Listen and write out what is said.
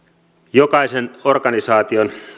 jokaisen organisaation